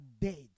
dead